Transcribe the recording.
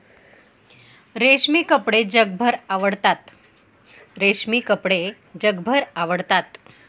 रेशमी कपडे जगभर आवडतात